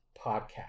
Podcast